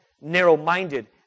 narrow-minded